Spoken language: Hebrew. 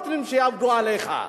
בדרך כלל אתה לא נותן שיעבדו עליך.